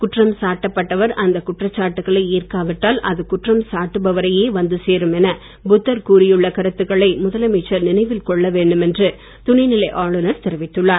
குற்றம் சாட்டப்பட்டவர் அந்த குற்றச்சாட்டுகளை ஏற்காவிட்டால் அது குற்றம் சாட்டுபவரையே வந்து சேரும் என புத்தர் கூறியுள்ள கருத்துக்களை முதலமைச்சர் நினைவில் கொள்ள வேண்டும் என்று துணைநிலை ஆளுநர் தெரிவித்துள்ளார்